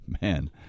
Man